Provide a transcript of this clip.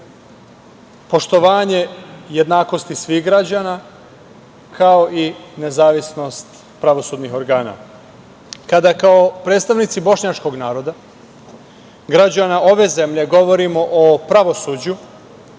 poštovanje jednakosti svih građana, kao i nezavisnost pravosudnih organa. Kada kao predstavnici bošnjačkog naroda građana ove zemlje govorimo o pravosuđu,